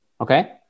Okay